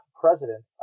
president